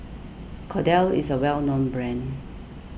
Kordel's is a well known brand